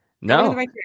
No